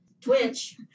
twitch